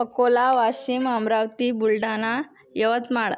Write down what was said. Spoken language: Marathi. अकोला वाशिम अमरावती बुलढाणा यवतमाळ